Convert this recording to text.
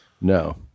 No